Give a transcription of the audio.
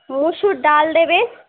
মুসুর ডাল দেবে